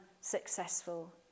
successful